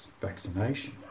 vaccination